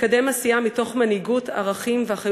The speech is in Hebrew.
אני ניצבת מולכם בענווה נוכח המשימה המחכה לנו,